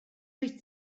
wyt